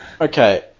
okay